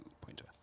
pointer